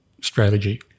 strategy